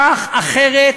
כך, אחרת,